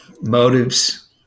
motives